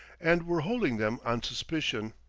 and were holding them on suspicion.